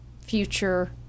future